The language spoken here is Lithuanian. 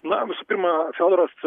na visų pirma fiodoras